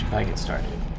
get started.